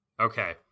Okay